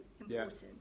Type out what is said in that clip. important